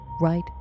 right